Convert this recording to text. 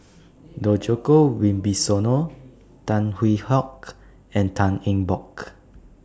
Djoko Wibisono Tan Hwee Hock and Tan Eng Bock